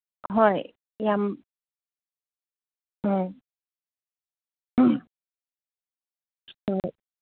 ꯍꯣꯏ ꯌꯥꯝ ꯎꯝ ꯍꯣꯏ